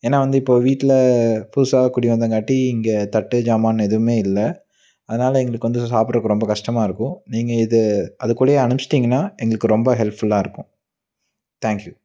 ஏன்னா வந்து இப்போது வீட்டில் புதுசாக குடி வந்தங்காட்டி இங்கே தட்டு சாமான் எதுவுமே இல்லை அதனால் எங்களுக்கு வந்து சாப்பிடுறக்கு ரொம்ப கஷ்டமாக இருக்கும் நீங்கள் இதை அது கூடயே அனுப்பிச்சிட்டிங்கன்னா எங்களுக்கு ரொம்ப ஹெல்ப்ஃபுல்லாக இருக்கும் தேங்க்யூ